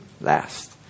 last